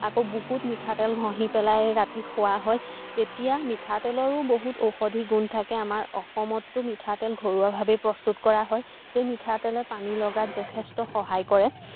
আকৌ বুকুত মিঠাতেল ঘহি পেলাই ৰাতি শোৱা হয় তেতিয়া মিঠাতেলৰো বহুত ঔষধিক গুণ থাকে আমাৰ অসমতো মিঠাতেল ঘৰুৱাভাবে প্ৰস্তুত কৰা হয় সেই মিঠাতেলে পানী লগাত যথেষ্ট সহায় কৰে